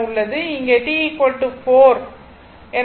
இங்கே t 4 என வைக்கவும்